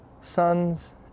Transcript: sons